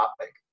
topic